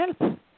help